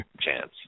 chance